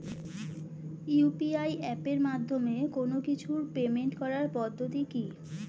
UPI এপের মাধ্যমে কোন কিছুর পেমেন্ট করার পদ্ধতি কি?